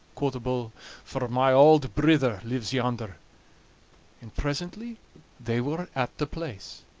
quo' the bull for my auld brither lives yonder and presently they were at the place.